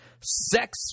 Sex